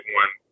one